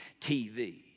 TV